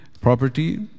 property